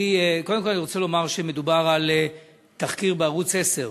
קודם כול אני רוצה לומר שמדובר על תחקיר בערוץ 10,